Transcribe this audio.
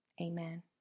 Amen